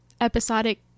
episodic